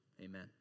Amen